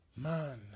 Man